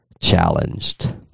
challenged